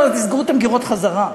ואמרתי: תסגרו את המגירות חזרה.